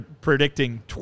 predicting